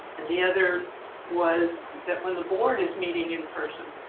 and the other was that when the board is meeting in person,